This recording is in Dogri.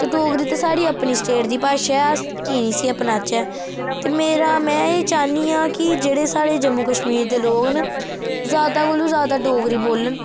ते डोगरी ते साढ़ी अपनी स्टेट दी भाशा ऐ अस की निं इस्सी अपनाचै ते मेरा में एह् चाह्न्नी आं कि जेह्ड़े साढ़े जम्मू कश्मीर दे लोक न जैदा कोलो जैदा डोगरी बोलन